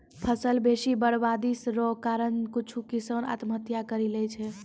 फसल बेसी बरवादी रो कारण कुछु किसान आत्महत्या करि लैय छै